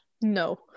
No